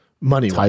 Money